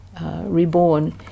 Reborn